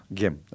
game